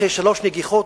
אחרי שלוש נגיחות,